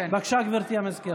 בבקשה, גברתי סגנית המזכיר.